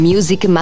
Music